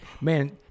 man